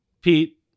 pete